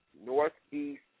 Northeast